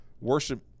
worship